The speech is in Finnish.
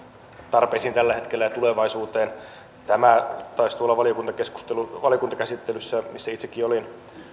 tarpeisiin tällä hetkellä ja tulevaisuuteen tämä taisi tuolla valiokuntakäsittelyssä missä itsekin olin